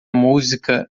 música